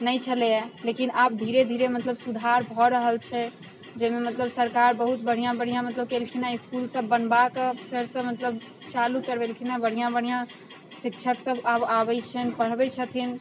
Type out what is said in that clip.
नहि छलैए लेकिन आब धीरे धीरे मतलब सुधार भऽ रहल छै जाहिमे मतलब सरकार बहुत बढ़िआँ बढ़िआँ मतलब केलखिन हेँ इसकुलसब बनबाकऽ फेरसँ मतलब चालू करबेलखिन हेँ बढ़िआँ बढ़िआँ शिक्षकसब आब आबै छनि पढ़बै छथिन